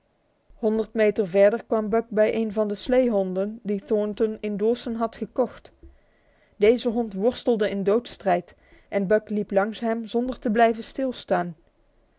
honderd meter verder kwam buck bij een der sleehonden die thornton in dawson had gekocht deze hond worstelde in doodsstrijd en buck liep langs hem zonder te blijven stilan